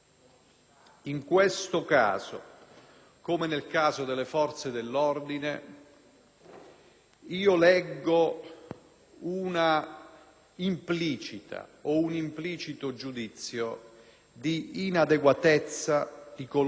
leggo un implicito giudizio di inadeguatezza di coloro che, invece, sono predisposti ai compiti di sicurezza pubblica nel nostro Paese.